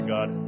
God